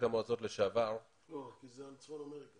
הדיון הוא על צפון אמריקה.